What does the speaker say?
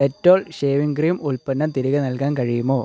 Dettol shaving cream ഉൽപ്പന്നം തിരികെ നൽകാൻ കഴിയുമോ